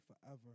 forever